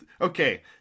Okay